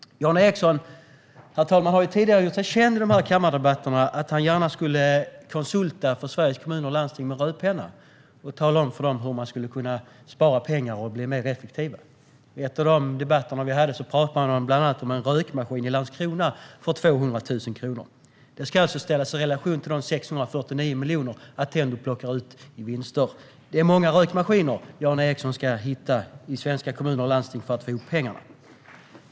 Jan Ericson har tidigare gjort sig känd i de här kammardebatterna för att vilja konsulta i Sveriges kommuner och landsting med rödpenna och tala om för dem hur de skulle kunna spara pengar och bli mer effektiva. I en av debatterna pratade han bland annat om en rökmaskin i Landskrona för 200 000 kronor. Det ska alltså ställas i relation till de 649 miljoner som Attendo plockar ut i vinster. Det är många rökmaskiner som Jan Ericson ska hitta i svenska kommuner och landsting för att få ihop pengarna.